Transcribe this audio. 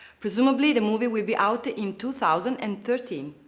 presumably the movie will be out in two thousand and thirteen.